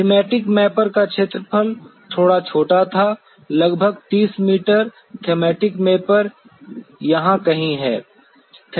thematic mapper का क्षेत्रफल थोड़ा छोटा था लगभग 30 मीटर थामैटिक मैपर यहाँ कहीं है